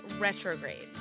retrograde